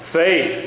faith